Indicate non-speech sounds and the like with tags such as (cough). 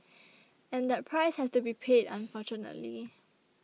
(noise) and that price has to be paid unfortunately